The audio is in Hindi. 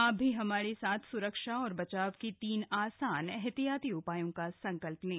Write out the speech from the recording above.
आप भी हमारे साथ स्रक्षा और बचाव के तीन आसान एहतियाती उपायों का संकल्प लें